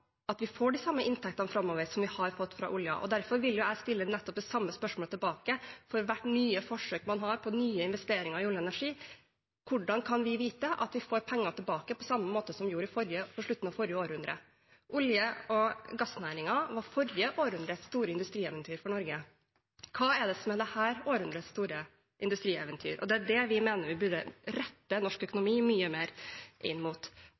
at vi får de samme inntektene framover som vi har hatt fra oljen? Derfor vil jeg stille nettopp det samme spørsmålet tilbake: For hvert nye forsøk man har på nye investeringer i olje og energi – hvordan kan vi vite at vi får penger tilbake på samme måte som vi fikk på slutten av forrige århundre? Olje- og gassnæringen var forrige århundrets store industrieventyr for Norge. Hva er det som er dette århundrets store industrieventyr? Det er det vi mener vi burde rette norsk økonomi mye mer inn mot.